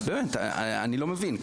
באמת, אני לא מבין.